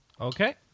Okay